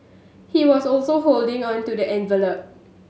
he was also holding on to the envelop